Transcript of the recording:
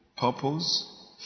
purpose